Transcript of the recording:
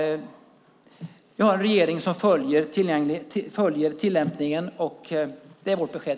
Vi har en regering som följer tillämpningen. Det är vårt besked.